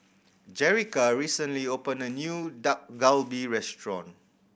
Jerrica recently opened a new Dak Galbi Restaurant